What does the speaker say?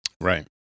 right